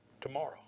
tomorrow